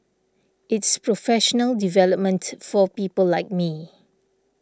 it's professional development for people like me